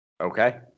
Okay